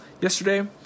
yesterday